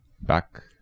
back